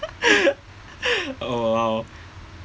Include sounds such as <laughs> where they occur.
<laughs> oh !wow!